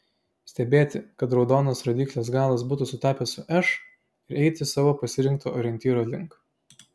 stebėti kad raudonas rodyklės galas būtų sutapęs su š ir eiti savo pasirinkto orientyro link